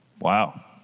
Wow